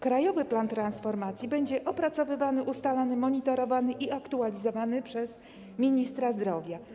Krajowy plan transformacji będzie opracowywany, ustalany, monitorowany i aktualizowany przez ministra zdrowia.